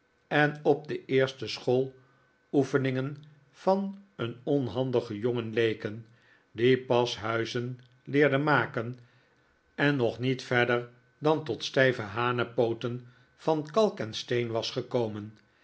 en op de eerste schooloefeningen van een onhandigen jongen leken die pas huizen leerde maken en nog niet verder dan tot stijve hanepooten van kalk en steen was gekomen